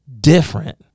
different